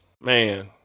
Man